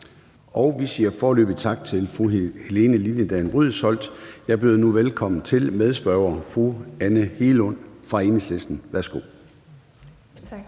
Vi siger foreløbig tak til fru Helene Liliendahl Brydensholt. Jeg byder nu velkommen til medspørgeren, fru Anne Hegelund fra Enhedslisten. Værsgo. Kl.